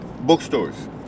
bookstores